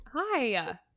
hi